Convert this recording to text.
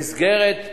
במסגרת,